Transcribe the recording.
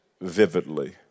vividly